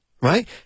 right